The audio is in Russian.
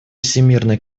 всемирной